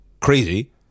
crazy